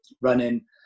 running